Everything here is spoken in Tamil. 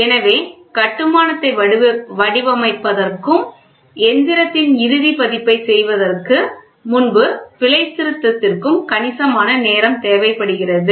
எனவே கட்டுமானத்தை வடிவமைப்பதற்கும் எந்திரத்தின் இறுதி பதிப்பைச் செய்வதற்கு முன்பு பிழைத்திருத்தத்திற்கும் கணிசமான நேரம் தேவைப்படுகிறது